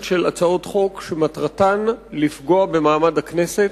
של הצעות חוק שמטרתן לפגוע במעמד הכנסת,